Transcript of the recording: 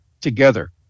together